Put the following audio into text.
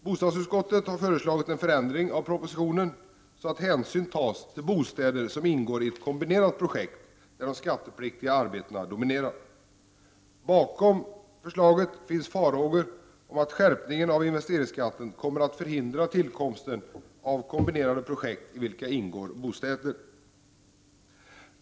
Bostadsutskottet har föreslagit en förändring av propositionen så att hänsyn tas till bostäder som ingår i ett kombinerat projekt där de skattepliktiga arbetena dominerar. Bakom förslaget ligger farhågor om att skärpningen av investeringsskatten kommer att förhindra tillkomsten av kombinerade projekt i vilka ingår bostäder.